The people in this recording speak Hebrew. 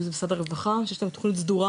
אם זה משרד הרווחה שיש להם תוכנית סדורה